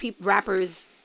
rappers